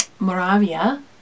moravia